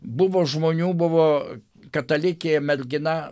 buvo žmonių buvo katalikė mergina